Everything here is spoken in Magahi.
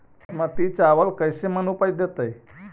बासमती चावल कैसे मन उपज देतै?